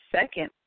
second